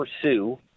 pursue